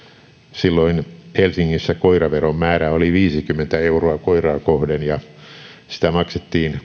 silloin helsingissä koiraveron määrä oli viisikymmentä euroa koiraa kohden ja sitä maksettiin